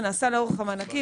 זה נעשה לאורך המענקים,